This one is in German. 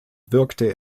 wirkte